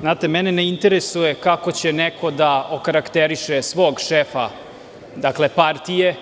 Znate, mene ne interesuje kako će neko da okarakteriše svog šefa partije,